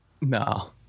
no